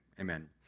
Amen